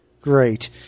Great